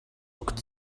looked